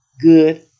good